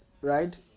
right